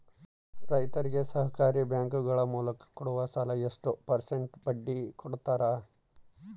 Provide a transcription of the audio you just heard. ರೈತರಿಗೆ ಸಹಕಾರಿ ಬ್ಯಾಂಕುಗಳ ಮೂಲಕ ಕೊಡುವ ಸಾಲ ಎಷ್ಟು ಪರ್ಸೆಂಟ್ ಬಡ್ಡಿ ಕೊಡುತ್ತಾರೆ?